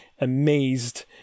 amazed